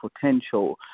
potential